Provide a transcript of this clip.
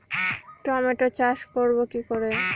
Tomato চাষ করব কি করে?